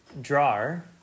drawer